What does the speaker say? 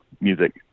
music